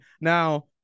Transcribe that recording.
Now